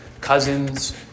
cousins